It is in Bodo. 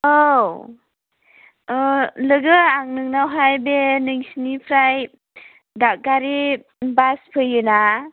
औ ओ लोगो आं नोंनावहाय बे नोंसिनिफ्राय दादगारि बास फैयो ना